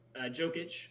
Jokic